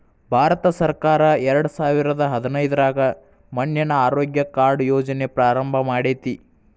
ಭಾರತಸರ್ಕಾರ ಎರಡಸಾವಿರದ ಹದಿನೈದ್ರಾಗ ಮಣ್ಣಿನ ಆರೋಗ್ಯ ಕಾರ್ಡ್ ಯೋಜನೆ ಪ್ರಾರಂಭ ಮಾಡೇತಿ